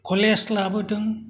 college लाबोदों